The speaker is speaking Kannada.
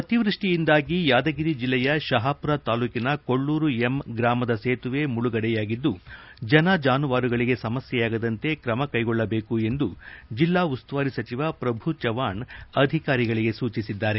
ಅತಿವೃಷ್ಟಿಯಿಂದಾಗಿ ಯಾದಗಿರಿ ಜಿಲ್ಲೆಯ ಶಹಾಪುರ ತಾಲ್ಲೂಕಿನ ಕೊಳ್ಳೂರುಎಂ ಗ್ರಾಮದ ಸೇತುವೆ ಮುಳುಗಡೆಯಾಗಿದ್ದು ಜನ ಜಾನುವಾರುಗಳಿಗೆ ಸಮಸ್ಯೆಯಾಗದಂತೆ ಕ್ರಮ ಕ್ಟೆಗೊಳ್ಳಬೇಕು ಎಂದು ಜಿಲ್ಲಾ ಉಸ್ತುವಾರಿ ಸಚಿವ ಪ್ರಭು ಚವ್ಹಾಣ್ ಅಧಿಕಾರಿಗಳಿಗೆ ಸೂಚಿಸಿದ್ದಾರೆ